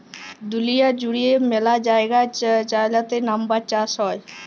দুঁলিয়া জুইড়ে ম্যালা জায়গায় চাইলাতে লাম্বার চাষ হ্যয়